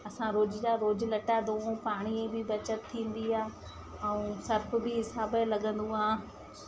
असां रोज जा रोज लट्टा धोऊं पाणीअ जी बि बचत थींदी आहे ऐं सर्फ़ बि हिसाब जो लगंदो आहे